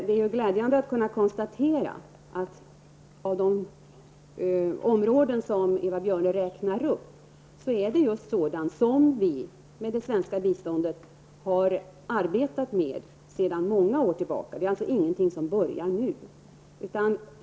Det är glädjande att kunna konstatera att de områden som Eva Björne räknar upp är just sådana som vi, med hjälp av det svenska biståndet, har arbetat med sedan många år tillverka. Det är alltså ingenting som har börjat nu.